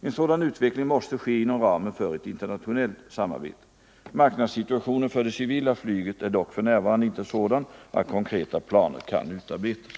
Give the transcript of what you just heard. En sådan utveckling måste ske inom ramen för ett internationellt samarbete. Marknadssituationen för det civila flyget är dock för närvarande inte sådan att konkreta planer kan utarbetas.